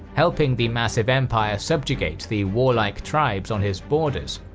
helping the massive empire subjugate the war-like tribes on his borders.